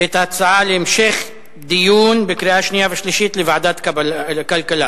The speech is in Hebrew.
את ההצעה להמשך דיון לקראת קריאה שנייה ושלישית לוועדת הכלכלה.